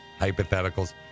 hypotheticals